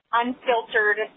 unfiltered